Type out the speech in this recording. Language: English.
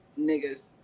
niggas